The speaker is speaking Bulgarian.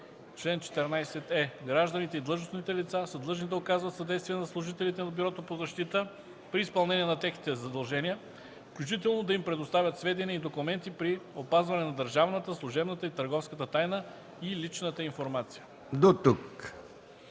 Чл. 14е. Гражданите и длъжностните лица са длъжни да оказват съдействие на служителите от Бюрото по защита при изпълнение на техните задължения, включително да им предоставят сведения и документи при опазване на държавната, служебната и търговската тайна и личната информация.”